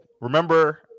remember